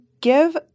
give